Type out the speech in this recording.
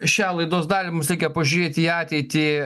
šią laidos dalį mums reikia pažiūrėti į ateitį